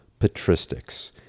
patristics